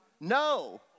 No